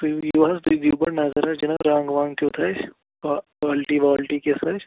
تُہۍ یِیو حظ تُہۍ دِیِو گۄڈٕ نظر حظ جِناب رنٛگ وَنٛگ کُیتھُ کالٹی والٹی کِس آسہِ